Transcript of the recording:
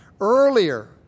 Earlier